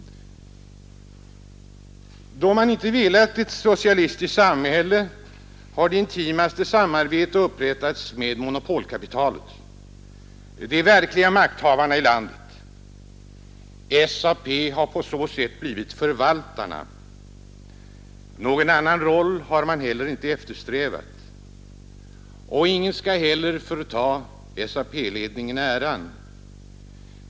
Då man inte velat ha ett socialistiskt samhälle har det intimaste samarbete upprättats med monopolkapitalet, de verkliga makthavarna i landet. SAP har på så sätt blivit förvaltarna. Någon annan roll har man heller inte eftersträvat. Ingen skall förta SAP-ledarna äran.